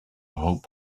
hope